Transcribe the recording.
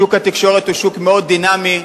שוק התקשורת הוא שוק מאוד דינמי,